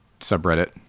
subreddit